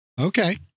Okay